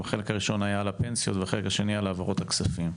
חלק ראשון היה על הפנסיות והחלק השני היה על העברות הכספים.